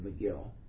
McGill